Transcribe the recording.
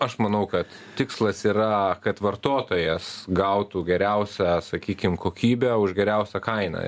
aš manau kad tikslas yra kad vartotojas gautų geriausią sakykim kokybę už geriausią kainą